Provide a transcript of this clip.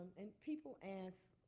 and people ask,